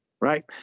right